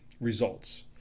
results